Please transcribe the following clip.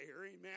amen